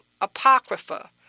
Apocrypha